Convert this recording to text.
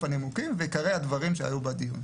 הנימוקים ועיקרי הדברים שהיו בדיון.